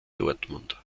dortmund